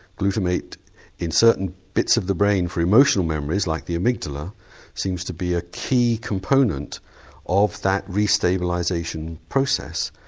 glutamate in certain bits of the brain for emotional memories like the amigdala seems to be a key component of that restabilisation process.